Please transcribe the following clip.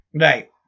Right